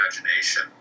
imagination